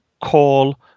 call